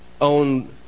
own